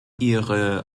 ihre